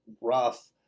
rough